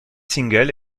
single